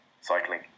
cycling